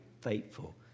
faithful